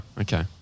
okay